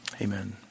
Amen